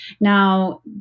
Now